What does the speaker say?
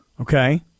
Okay